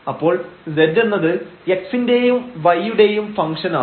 അപ്പോൾ z എന്നത് x ന്റെയും y യുടെയും ഫംഗ്ഷൻആണ്